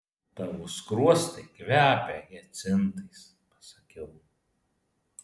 tavo skruostai kvepia hiacintais pasakiau